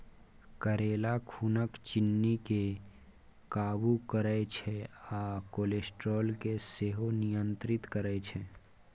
करेला खुनक चिन्नी केँ काबु करय छै आ कोलेस्ट्रोल केँ सेहो नियंत्रित करय छै